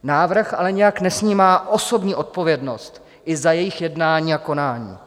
Návrh ale nijak nesnímá osobní odpovědnost i za jejich jednání a konání.